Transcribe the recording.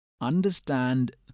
Understand